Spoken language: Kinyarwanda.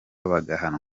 bagahanwa